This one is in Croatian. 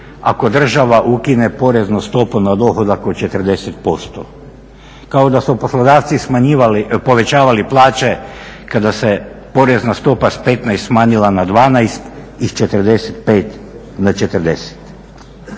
ako država ukine poreznu stopu na dohodak od 40%. Kao da su poslodavci povećavali plaće kada se porezna stopa s 15 smanjila na 12 i s 45 na 40.